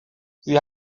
sie